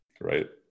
Right